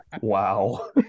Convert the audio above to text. wow